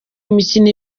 imikino